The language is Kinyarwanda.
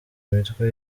imitwe